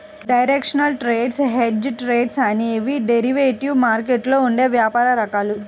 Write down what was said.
directional trades, hedged trades అనేవి derivative మార్కెట్లో ఉండే వ్యాపార రకాలు